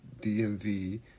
DMV